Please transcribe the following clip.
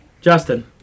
Justin